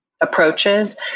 approaches